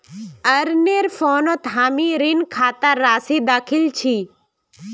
अरनेर फोनत हामी ऋण खातार राशि दखिल छि